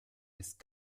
ist